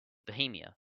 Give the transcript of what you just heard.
bohemia